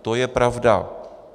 To je pravda.